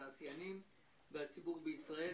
התעשיינים והציבור בישראל".